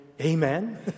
amen